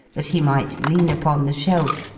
that he might lean upon the shelf,